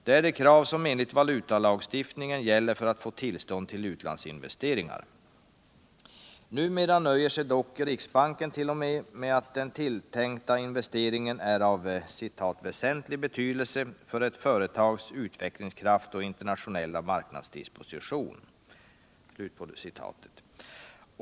Det är de krav som enhgt valutalagstuftningen gäller för att få tillstånd till utlandsinvesteringar. Numera nöjer sig dock Riksbanken 1.0.m. med att den tilltänkta investeringen är "av väsentlig betydelse för ett företags utvecklingskraft och internationella marknadsdisposition”.